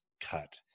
cut